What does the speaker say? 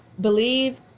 believe